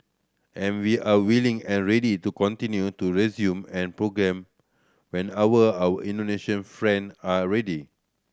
and we are willing and ready to continue to resume and programme whenever our Indonesian friend are ready